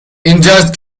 اینجاست